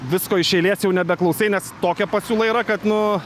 visko iš eilės jau nebeklausai nes tokia pasiūla yra kad nu